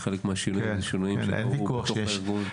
כחלק מהשינויים שקרו בתוך הארגון.